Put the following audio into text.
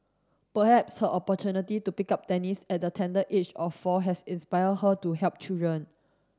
perhaps her opportunity to pick up tennis at the tender age of four has inspired her to help children